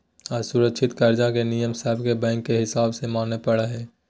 असुरक्षित कर्ज मे नियम सब के बैंक के हिसाब से माने पड़ो हय